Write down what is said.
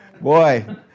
Boy